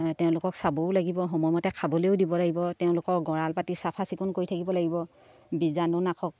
তেওঁলোকক চাবও লাগিব সময়মতে খাবলেও দিব লাগিব তেওঁলোকক গঁৰাল পাতি চাফা চিকুণ কৰি থাকিব লাগিব বীজাণুনাশক